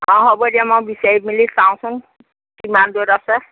অঁ হ'ব দিয়া মই বিচাৰি মেলি চাওঁচোন কিমান দূৰৈত আছে